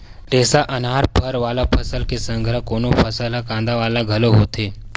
रेसा, अनाज, फर वाला फसल के संघरा कोनो फसल ह कांदा वाला घलो होथे